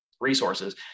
resources